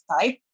type